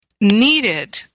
needed